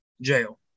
jail